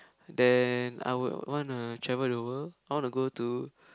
then I would wanna travel the world I wanna go to